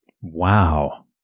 wow